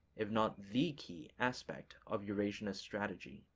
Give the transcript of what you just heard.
if not the key aspect of eurasianist strategy.